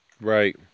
Right